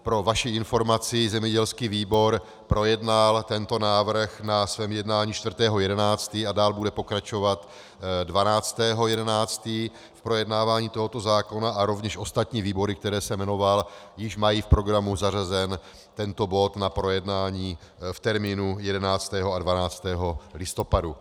Pro vaši informaci, zemědělský výbor projednal tento návrh na svém jednání 4. 11. a dál bude pokračovat 12. 11. v projednávání tohoto zákona a rovněž ostatní výbory, které jsem jmenoval, již mají v programu zařazen tento bod na projednání v termínu 11. a 12. listopadu.